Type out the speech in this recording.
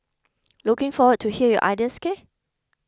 looking forward to hear your ideas K